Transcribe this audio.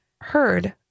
heard